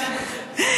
למה?